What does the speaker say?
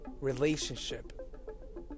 relationship